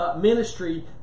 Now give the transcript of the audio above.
ministry